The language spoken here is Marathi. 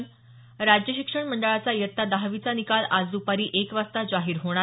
स राज्य शिक्षण मंडळाचा इयत्ता दहावीचा निकाल आज दुपारी एक वाजता जाहीर होणार